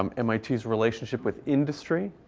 um and mit's yeah relationship with industry.